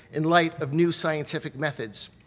in light of new scientific methods.